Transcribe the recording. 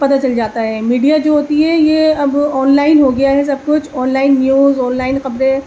پتا چل جاتا ہے میڈیا جو ہوتی ہے یہ اب آلائن ہو گیا ہے سب کچھ آنلائن نیوز آئنلائن خبریں